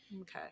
Okay